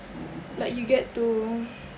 like you get to